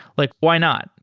like why not?